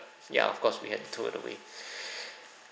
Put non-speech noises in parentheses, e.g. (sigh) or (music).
ya of course we had to throw it away (breath)